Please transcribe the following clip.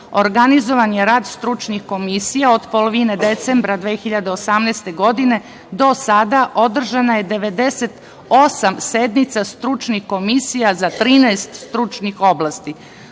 rešenja. Organizovan je rad stručnih komisija od polovine decembra 2018. godine, do sada je održano 98 sednica, stručnih komisija za 13 stručnih oblasti. Broj